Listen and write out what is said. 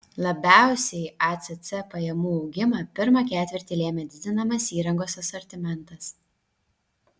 labiausiai acc pajamų augimą pirmą ketvirtį lėmė didinamas įrangos asortimentas